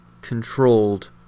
controlled